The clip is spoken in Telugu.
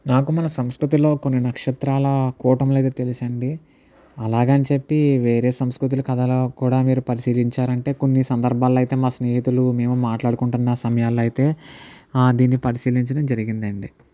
నాకు మన సంస్కృతంలో కొన్ని నక్షత్రాల కూటములు అయితే తెలుసు అండి అలాగని చెప్పి వేరే సంస్కృతుల కథలో కూడా మీరు పరిశీలించారా అంటే కొన్ని సందర్భాల్లో అయితే మా స్నేహితులు మేము మాట్లాడుకుంటున్న సమయాల్లో అయితే దీన్ని పరిశీలించడం జరిగింది అండి